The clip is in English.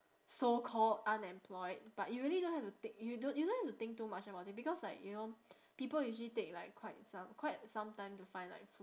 so called unemployed but you really don't have to thi~ you don~ you don't have to think too much about it because like you know people usually take like quite some quite some time to find like